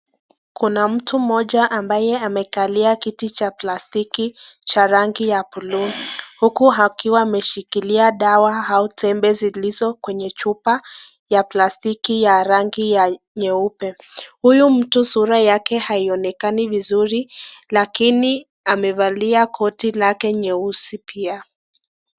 Kuna mtu mmoja ambaye amekalia kiti cha plastiki cha rangi ya buluu huku akiwa ameshikilia dawa au tembe zilizo kwenye chupa ya plastiki ya rangi ya nyeupe. Huyu mtu sura yake haionekani vizuri lakini amevalia koti lake nyeusi pia.